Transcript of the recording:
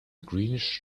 greenish